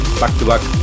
back-to-back